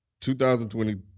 2020